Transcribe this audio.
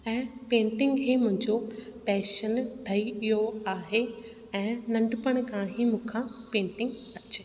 ऐं पेंटिंग ही मुंहिंजो पैशन ठही वियो आहे ऐं नंढपण खां ही मूंखे पेंटिंग अचे